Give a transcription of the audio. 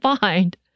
find